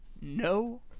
no